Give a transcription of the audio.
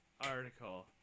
article